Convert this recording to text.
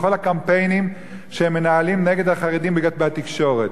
בכל הקמפיינים שהם מנהלים נגד החרדים בתקשורת.